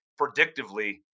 predictively